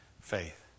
faith